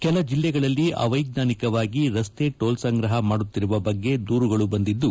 ಕೆಲ ಜಿಲ್ಲೆಗಳಲ್ಲಿ ಅವೈಚ್ಚಾನಿಕವಾಗಿ ರಸ್ತೆ ಟೋಲ್ ಸಂಗ್ರಹ ಮಾಡುತ್ತಿರುವ ಬಗ್ಗೆ ದೂರುಗಳು ಬಂದಿದ್ದು